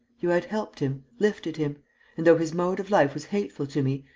you had helped him, lifted him and, though his mode of life was hateful to me,